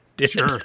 Sure